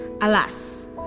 Alas